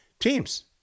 teams